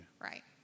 Right